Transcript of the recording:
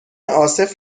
عاصف